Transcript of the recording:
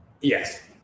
yes